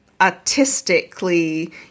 artistically